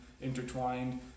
intertwined